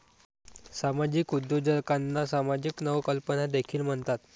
सामाजिक उद्योजकांना सामाजिक नवकल्पना देखील म्हणतात